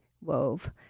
wove